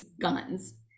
guns